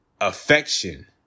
affection